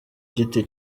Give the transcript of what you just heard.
giti